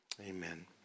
amen